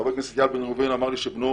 חבר הכנסת אייל בן ראובן אמר לי שבנו